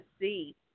see